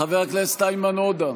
חבר הכנסת איימן עודה,